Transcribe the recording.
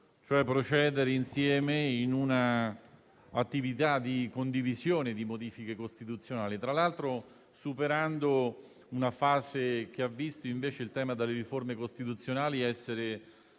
cioè procedere insieme in una attività di condivisione di modifiche costituzionali, tra l'altro superando una fase in cui il tema delle riforme costituzionali ha